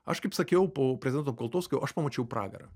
aš kaip sakiau po prezidento apkaltos kai jau aš pamačiau pragarą